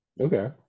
okay